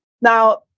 Now